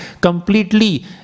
completely